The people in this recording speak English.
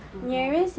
to Dover